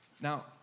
Now